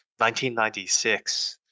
1996